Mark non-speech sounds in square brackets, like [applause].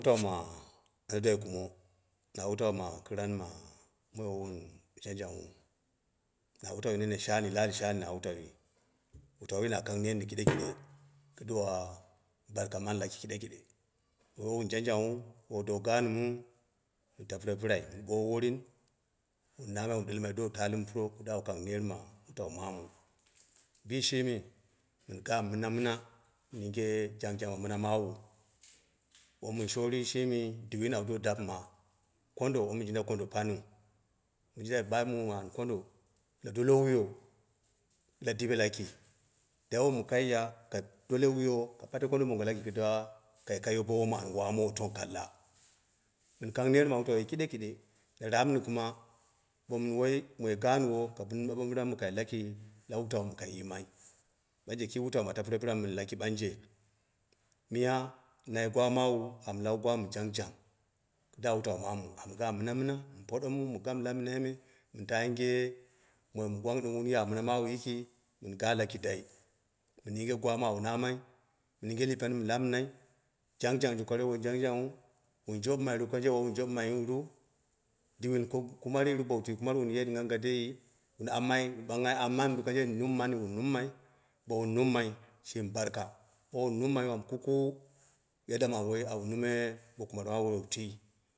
Doma na dulai kumo na wutau ma kɨran ma moi wowun jangjangnghu na wutau nene shani la ali shani na wutauyi wutanyi na kang nenni keɗkeɗe [noise] kiduwu bark ma laki keɗeki ɗe, mo wowu jangjangnghu bo wu dowu gaanmu mɨn tapɨre pɨrai, mɨn ɓowa wurɨn mɨn ɓoowu wurin wun namai ɗalmai wun dowu talɨmu puro kɨduwa wu kang ner ma wutau mawu, bishimi min ga mina mina min yinge jang jang ma mina malou, wom min shoori shimi diwin awo do dapɨma, kondo womɨn jinda kono panieu, mɨn jindai ba mwa mum an kond. bɨla dole wuyo bila diɓe laki, dai wom kai ya ka dole wuyo a pate kondo mongo laki kiduwa kai kayo bo woman wamowo long kalla, mɨn kang ner ma wutauui keɗekeɗe. Na raapni kuma bo mɨn woi, moi gaanwo ka bin ɓaɓambiramɨ kai laki, la wutau mi kai yimai. Banje kii wutau ma tapme pina mɨ min laki. miya nai gwa mawu amu lau gwa mi jangjang da wutau mamu, amu ga mina mina mu poɗumu mu gamu lamnai me, amu taa yinge moni mɨ gwang, mi wun ya mina mawu yik min yingimai, min yinge gwa mɨ awu namai, min yinge lɨpen mi lamnai, jan ru kangje wai jangjanga ghu; wun jobɨmai kang ei wowun jobɨmaiyin diwin ko kumariru? Bo wu tai kumari wuri yiwu ɗinga ɗinga dai? Wun amma, wun ɓangnghai amani du kangje wun nummai bo wun nummai shimi barka bo wowun nummailu amu kukuwu, yadda awu nume bo kumar mawu bowu tui